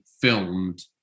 filmed